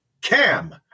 Cam